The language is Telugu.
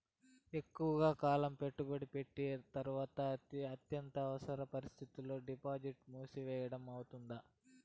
ఎక్కువగా కాలం పెట్టుబడి పెట్టిన తర్వాత అత్యవసర పరిస్థితుల్లో డిపాజిట్లు మూసివేయడం అవుతుందా?